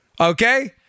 okay